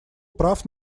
прав